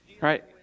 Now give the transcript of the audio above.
Right